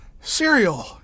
cereal